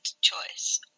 choice